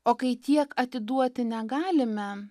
o kai tiek atiduoti negalime